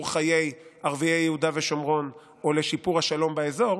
חיי ערביי יהודה ושומרון או לשיפור השלום באזור,